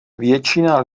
většina